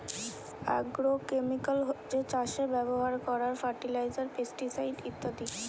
agrochemical হচ্ছে চাষে ব্যাভার কোরার ফার্টিলাইজার, পেস্টিসাইড ইত্যাদি